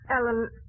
Ellen